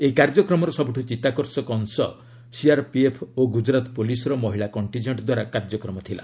ଏହି କାର୍ଯ୍ୟକ୍ରମର ସବୁଠୁ ଚିଉାକର୍ଷକ ଅଶ ସିଆର୍ପିଏଫ୍ ଓ ଗୁକୁରାତ ପୁଲିସର ମହିଳା କଣ୍ଟିଜିଏଣ୍ଟ ଦ୍ୱାରା କାର୍ଯ୍ୟକ୍ରମ ଥିଲା